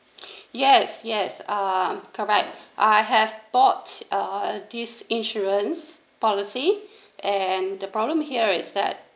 yes yes uh correct I have bought uh this insurance policy and the problem here is that